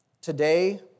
Today